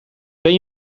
ben